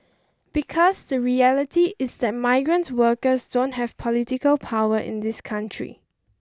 because the reality is that migrant workers don't have political power in this country